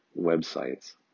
websites